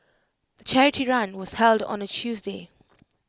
the charity run was held on A Tuesday